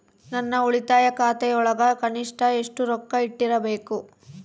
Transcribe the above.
ನನ್ನ ಉಳಿತಾಯ ಖಾತೆಯೊಳಗ ಕನಿಷ್ಟ ಎಷ್ಟು ರೊಕ್ಕ ಇಟ್ಟಿರಬೇಕು?